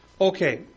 Okay